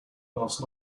last